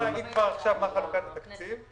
אני יכול להגיד כבר עכשיו מה חלוקת התקציב.